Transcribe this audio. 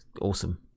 Awesome